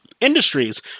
Industries